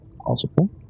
possible